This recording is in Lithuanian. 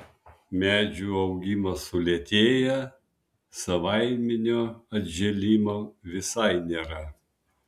medžių augimas sulėtėja savaiminio atžėlimo visai nėra